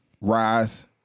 rise